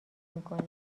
میکنید